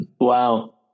Wow